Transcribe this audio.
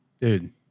Dude